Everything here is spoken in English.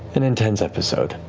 an intense episode.